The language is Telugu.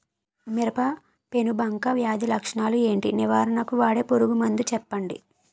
మిరప పెనుబంక వ్యాధి లక్షణాలు ఏంటి? నివారణకు వాడే పురుగు మందు చెప్పండీ?